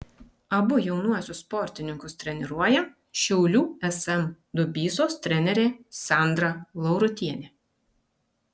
abu jaunuosius sportininkus treniruoja šiaulių sm dubysos trenerė sandra laurutienė